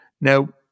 Now